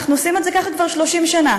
אנחנו עושים את זה כך כבר 30 שנה,